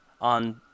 on